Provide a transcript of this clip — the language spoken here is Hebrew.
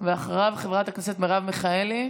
אחריו, חברת הכנסת מרב מיכאלי.